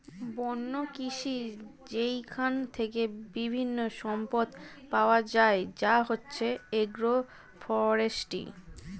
বন্য কৃষি যেইখান থেকে বিভিন্ন সম্পদ পাওয়া যায় যা হচ্ছে এগ্রো ফরেষ্ট্রী